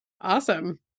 Awesome